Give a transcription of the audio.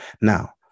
Now